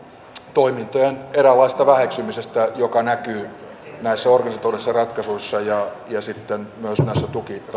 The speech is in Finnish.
toimintojen eräänlaisesta väheksymisestä joka näkyy näissä organisatorisissa ratkaisuissa ja ja sitten myös näissä